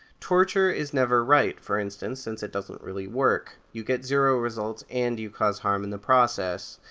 torture is never right, for instance, since it doesn't really work. you get zero results and you cause harm in the process.